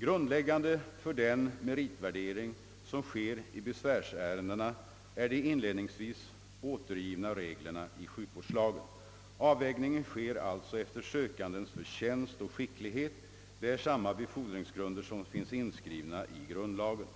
Grundläggande för den meritvärdering som sker i besvärsärendena är de inledningsvis återgivna reglerna i sjukvårdslagen. Avvägningen sker alltså efter sökandenas förtjänst och skicklighet. Det är samma befordringsgrunder som finns inskrivna i grundlagen.